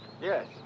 Yes